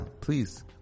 please